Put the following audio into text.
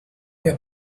wir